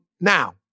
Now